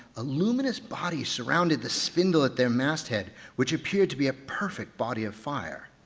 a luminous body surrounded the spindle at their masthead which appeared to be a perfect body of fire.